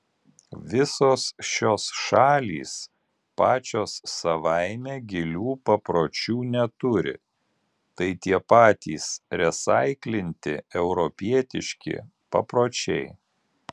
visos šios šalys pačios savaime gilių papročių neturi tai tie patys resaiklinti europietiški papročiai